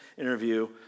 interview